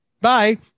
Bye